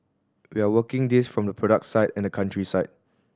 we are working this from the product side and the country side